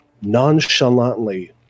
nonchalantly